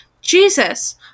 Jesus